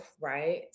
right